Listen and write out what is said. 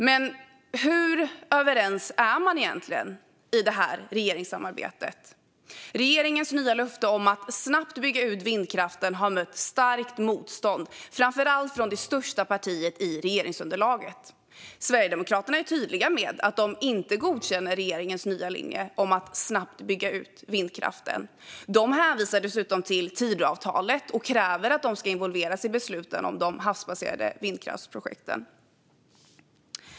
Men hur överens är man egentligen i regeringssamarbetet? Regeringens nya löfte om att snabbt bygga ut vindkraften har mött starkt motstånd, framför allt från det största partiet i regeringsunderlaget. Sverigedemokraterna är tydliga med att de inte godkänner regeringens nya linje om att snabbt bygga ut vindkraften. De hänvisar dessutom till Tidöavtalet och kräver att få involveras i besluten om de havsbaserade vindkraftsprojekten.